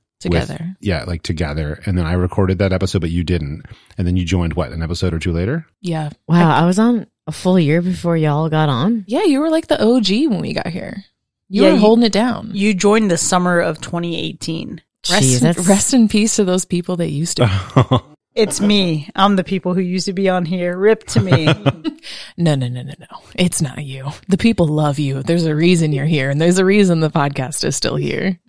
with- Together. Yeah, like together. And then I recorded that episode, but you didn't. And then you joined, what, an episode or two later? Yeah. Wow, I- I was on a full year before y'all got on? Yeah, you were like the OG when we got here. You Yeah, were you- holding it down. You joined the summer of 2018. Rest- Jeez, that's- rest in peace to those people that used to be. It's me. I'm the people who used to be on here. RIP to me. No, no, no, no, no. It's not you. The people love you. There's a reason you're here, and there's a reason the podcast is still here.